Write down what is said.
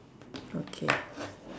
okay